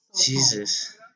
Jesus